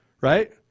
right